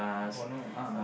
oh no ah